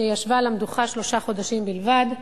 שישבה על המדוכה שלושה חודשים בלבד,